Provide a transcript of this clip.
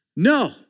No